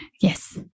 Yes